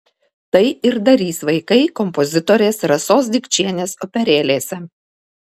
tai ir darys vaikai kompozitorės rasos dikčienės operėlėse